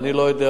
ואני לא יודע,